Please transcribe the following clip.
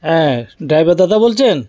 হ্যাঁ ড্রাইভার দাদা বলছেন